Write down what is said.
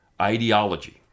Ideology